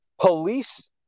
police